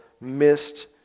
missed